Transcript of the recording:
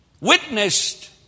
witnessed